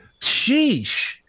Sheesh